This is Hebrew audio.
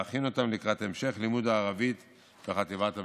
להכין אותם לקראת המשך לימוד הערבית בחטיבת הביניים.